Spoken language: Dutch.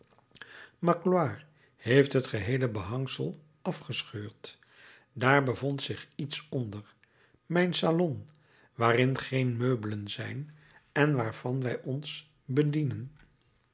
magloire heeft het geheele behangsel afgescheurd daar bevond zich iets onder mijn salon waarin geen meubelen zijn en waarvan wij ons bedienen